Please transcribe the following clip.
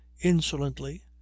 insolently